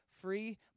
free